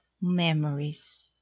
memories